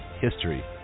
history